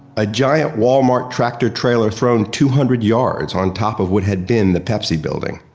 a giant walmart tractor trailer thrown two hundred yards on top of what had been the pepsi building.